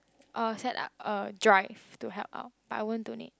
I will set up a drive to help out but I don't donate